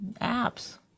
apps